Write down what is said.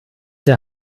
der